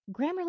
Grammarly